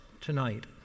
tonight